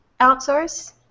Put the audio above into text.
outsource